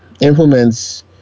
implements